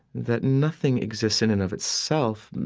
that nothing exists in and of itself.